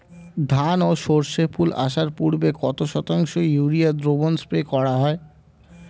ধান ও সর্ষে ফুল আসার পূর্বে কত শতাংশ ইউরিয়া দ্রবণ স্প্রে করা হয়?